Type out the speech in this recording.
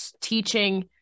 teaching